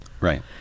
Right